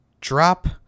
drop